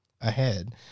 ahead